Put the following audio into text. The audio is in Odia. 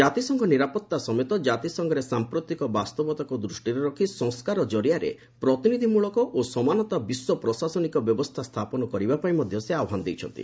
ଜାତିସଂଘ ନିରାପତ୍ତା ସମେତ ଜାତିସଂଘରେ ସାମ୍ପ୍ରତିକ ବାସ୍ତବତାକୁ ଦୃଷ୍ଟିରେ ରଖି ସଂସ୍କାର ଜରିଆରେ ପ୍ରତିନିଧି ମୂଳକ ଓ ସମାନତା ବିଶ୍ୱ ପ୍ରଶାସନିକ ବ୍ୟବସ୍ଥା ସ୍ଥାପନ କରିବା ପାଇଁ ମଧ୍ୟ ସେ ଆହ୍ୱାନ ଜଣାଇଛନ୍ତି